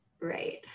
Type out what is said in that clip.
Right